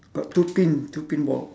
got two pin two pinball